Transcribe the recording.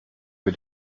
wir